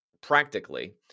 practically